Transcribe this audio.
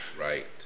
Right